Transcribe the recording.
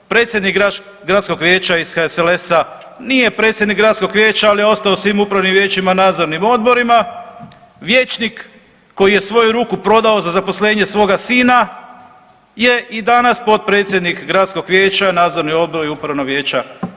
Predsjednik gradskog vijeća iz HSLS-a nije predsjednik gradskog vijeća, ali je ostao u svim upravnim vijećima i nadzornim odborima, vijećnik koji je svoju ruku prodaju za zaposlenje svoga sina je i danas potpredsjednik gradskog vijeća, nadzornog odbora i upravnog vijeća.